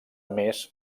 mes